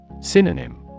Synonym